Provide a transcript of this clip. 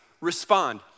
respond